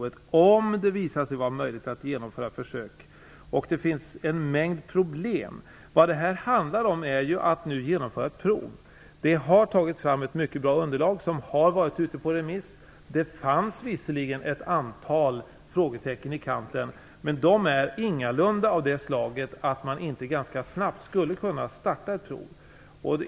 Kommunikationsminister skriver "Om det visar sig vara möjligt att genomföra försök...", och det finns en mängd problem. Vad det handlar om är ju att nu genomföra ett prov. Det har tagits fram ett mycket bra underlag, som har varit ute på remiss. Det fanns visserligen ett antal frågetecken i kanten, men de är ingalunda av det slaget att man inte ganska snabbt skulle kunna starta ett prov.